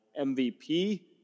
MVP